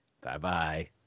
Bye-bye